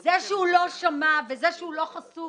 זה שהוא לא שמע ולא חשוף